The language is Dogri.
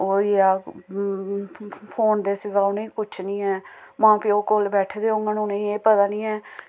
ओह् होइया फोन दे सिवा इ'नें गी किश निं ऐ बाकी लोग भामें इं'दे कोल बैठे दे होन इ'नें गी एह् पता निं ऐ